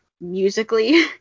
musically